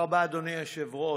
תודה רבה, אדוני היושב-ראש.